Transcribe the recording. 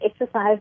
exercise